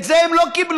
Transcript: את זה הם לא קיבלו.